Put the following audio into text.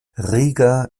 riga